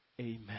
Amen